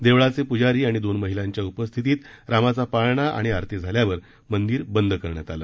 देवळाचे पुजारी आणि दोन महिलांच्या उपस्थितीत रामाचा पाळणा आणि आरती झाल्यावर मंदिर बंद करण्यात आलं